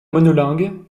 monolingue